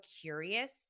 curious